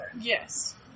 Yes